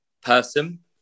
person